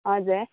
हजुर